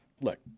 look